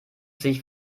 sich